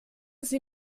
sie